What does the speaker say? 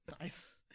Nice